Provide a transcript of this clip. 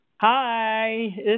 hi